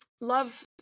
love